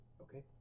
Okay